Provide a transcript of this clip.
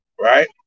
Right